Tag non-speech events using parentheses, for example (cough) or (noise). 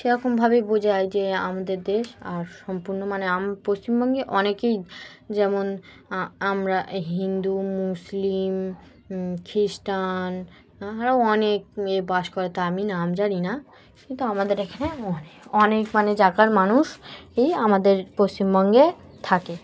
সেরকমভাবেই বোঝায় যে আমাদের দেশ আর সম্পূর্ণ মানে আম পশ্চিমবঙ্গে অনেকেই যেমন আমরা হিন্দু মুসলিম খ্রিস্টান (unintelligible) অনেক এ বাস করে তা আমরা নাম জানি না কিন্তু আমাদের এখানে অনে অনেক মানে জায়গার মানুষ এই আমাদের পশ্চিমবঙ্গে থাকে